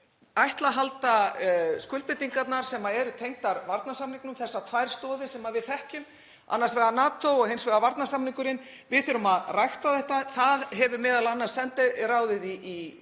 ætla að halda skuldbindingarnar sem eru tengdar varnarsamningnum. Þessar tvær stoðir sem við þekkjum, annars vegar NATO og hins vegar varnarsamningurinn; við þurfum að rækta þetta. Það hefur sendiráðið í